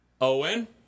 Owen